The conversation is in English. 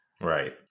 Right